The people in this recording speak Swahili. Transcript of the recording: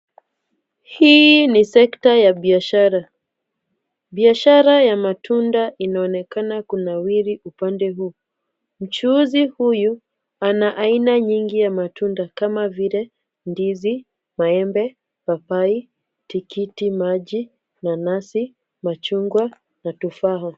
Hii ni sekta ya biashara, biashara ya matunda inaonekana kunawiri upande huu. Mchuuzi huyu ana aina nyiungi ya matunda, kama vile ndizi, maembe, papai, tikiti maji, nanasi, machungwa na tufaha.